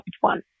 one